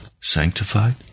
sanctified